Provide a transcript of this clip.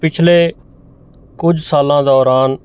ਪਿਛਲੇ ਕੁਝ ਸਾਲਾਂ ਦੌਰਾਨ